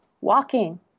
walking